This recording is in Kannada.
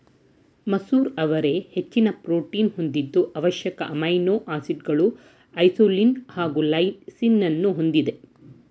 ಮಸೂರ ಅವರೆ ಹೆಚ್ಚಿನ ಪ್ರೋಟೀನ್ ಹೊಂದಿದ್ದು ಅವಶ್ಯಕ ಅಮೈನೋ ಆಸಿಡ್ಗಳು ಐಸೋಲ್ಯೂಸಿನ್ ಹಾಗು ಲೈಸಿನನ್ನೂ ಹೊಂದಿದೆ